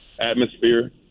atmosphere